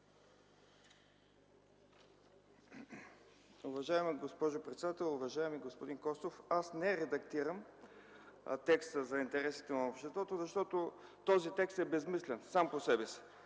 Уважаема, госпожо председател! Уважаеми господин Костов, аз не редактирам текста за интересите на обществото, защото този текст сам по себе си